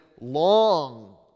long